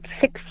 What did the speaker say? six